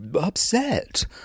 upset